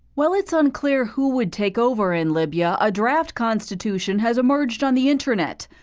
while it's unclear who would take over in libya, a draft constitution has emerged on the internet.